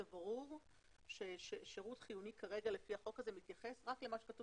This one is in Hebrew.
זה ברור ששירות חיוני כרגע לפי החוק הזה מתייחס רק למה שכתוב